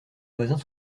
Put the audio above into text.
voisins